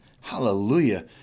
Hallelujah